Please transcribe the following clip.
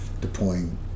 deploying